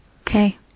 Okay